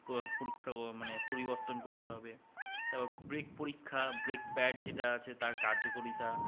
পরীক্ষা মানে পরিবর্তন করতে হবে তারপর ব্রেক পরীক্ষা ব্রেক প্যাড যেটা আছে তার কার্যকাররিতা